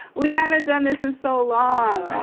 we haven't done this in so long.